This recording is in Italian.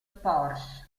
porsche